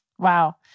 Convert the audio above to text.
Wow